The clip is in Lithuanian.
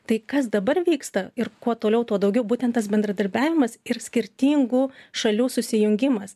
tai kas dabar vyksta ir kuo toliau tuo daugiau būtent tas bendradarbiavimas ir skirtingų šalių susijungimas